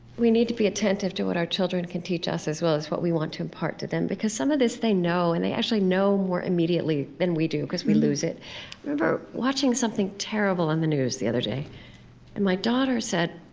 need to be attentive to what our children can teach us, as well as what we want to impart to them, because some of this they know, and they actually know more immediately than we do, because we lose it. i remember watching something terrible on the news the other day. and my daughter said,